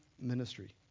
ministry